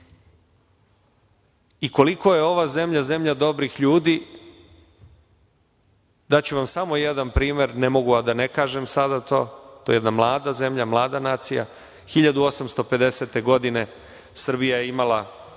godine. Koliko je ova zemlja, zemlja dobrih ljudi daću vam samo jedan primer, ne mogu da ne kažem sada to, to je jedna mlada zemlja, mlada nacija. Godine 1850. godine Srbija je imala